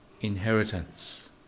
inheritance